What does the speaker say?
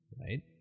right